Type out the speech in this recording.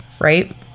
right